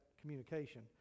communication